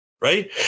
right